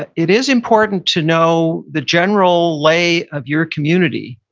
but it is important to know the general lay of your community.